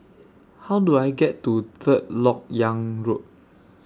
How Do I get to Third Lok Yang Road